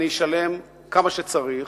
אני אשלם כמה שצריך,